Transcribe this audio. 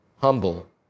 humble